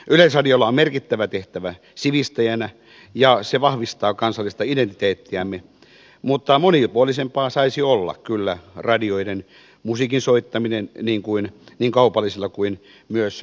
yleisradiolla on merkittävä tehtävä sivistäjänä ja se vahvistaa kansallista identiteettiämme mutta monipuolisempaa saisi olla kyllä radioiden musiikin soittaminen niin kaupallisella puolella kuin myös yleisradion kanavilla